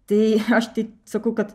tai aš tai sakau kad